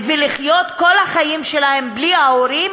ולחיות כל החיים שלהם בלי ההורים,